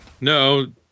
No